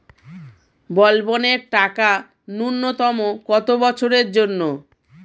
বলবনের টাকা ন্যূনতম কত বছরের জন্য?